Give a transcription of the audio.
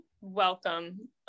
welcome